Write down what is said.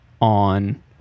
on